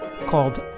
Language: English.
called